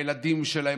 הילדים שלהם,